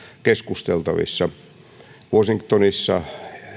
keskusteltavissa yhtä lailla washingtonissa